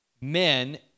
men